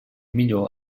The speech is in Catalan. millor